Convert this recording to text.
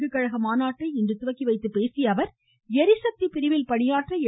கு கழக மாநாட்டை துவக்கி வைத்து பேசிய அவர் எரிசக்தி பிரிவில் பணியாற்ற எ